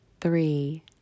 three